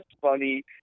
funny